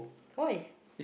why